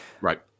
Right